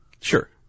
Sure